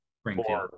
Springfield